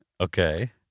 Okay